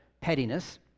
pettiness